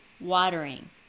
watering